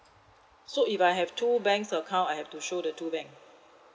so if I have two banks account I have to show the two bank